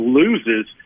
loses –